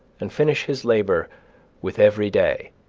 and finish his labor with every day,